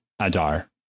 Adar